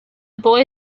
boy